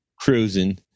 cruising